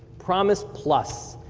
promis plus.